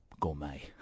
gourmet